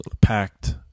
packed